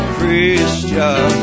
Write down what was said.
Christian